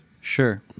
sure